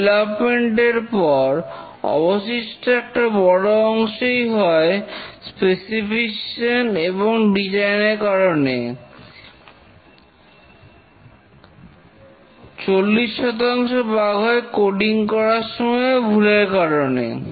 development এর পর অবশিষ্ট বাগ এর একটা বড় অংশই হয় স্পেসিফিকেশন এবং ডিজাইন এর কারণে 40 বাগ হয় কোডিং করার সময় ভুলের কারণে